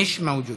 מיש מווג'וד,